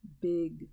big